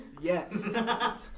Yes